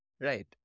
right